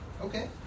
Okay